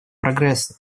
прогресса